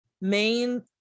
main